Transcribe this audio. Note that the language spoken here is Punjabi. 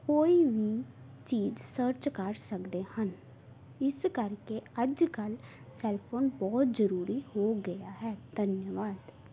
ਕੋਈ ਵੀ ਚੀਜ਼ ਸਰਚ ਕਰ ਸਕਦੇ ਹਨ ਇਸ ਕਰਕੇ ਅੱਜ ਕੱਲ੍ਹ ਸੈੱਲਫ਼ੋਨ ਬਹੁਤ ਜ਼ਰੂਰੀ ਹੋ ਗਿਆ ਹੈ ਧੰਨਵਾਦ